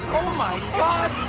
oh my god!